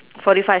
forty five